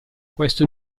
questo